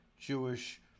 Jewish